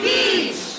Beach